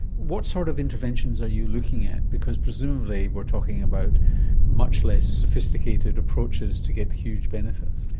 what sort of interventions are you looking at? because presumably we're talking about much less sophisticated approaches to get huge benefits.